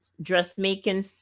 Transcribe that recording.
dressmaking